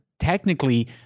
Technically